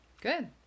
Good